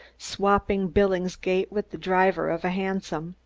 swapping billingsgate with the driver of a hansom,